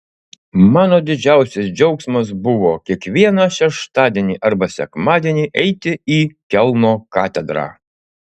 mano didžiausias džiaugsmas buvo kiekvieną šeštadienį arba sekmadienį eiti į kelno katedrą